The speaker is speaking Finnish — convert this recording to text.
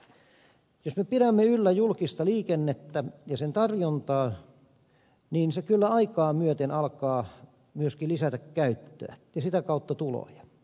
jos me pidämme yllä julkista liikennettä ja sen tarjontaa niin se kyllä aikaa myöten alkaa myöskin lisätä käyttöä ja sitä kautta tuloja